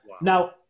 now